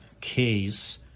case